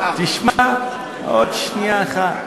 תשמע עוד שנייה אחת.